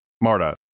Marta